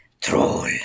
Troll